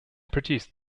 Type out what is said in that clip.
produced